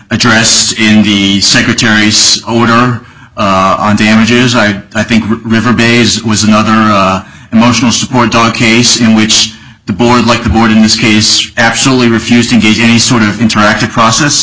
addressed in the secretary's order on damages i i think river bays was another motional support on a case in which the board like the board in this case actually refused to give any sort of interactive process